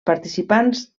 participants